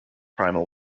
primal